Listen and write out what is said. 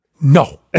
No